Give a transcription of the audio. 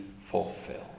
fulfilled